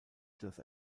das